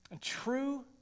true